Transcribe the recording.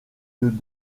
des